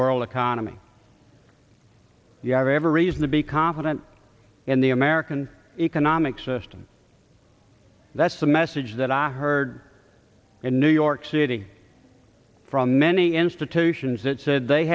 world economy you have every reason to be confident in the american economic system that's the message that i heard in new york city from many institutions that said they